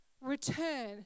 return